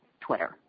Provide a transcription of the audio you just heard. Twitter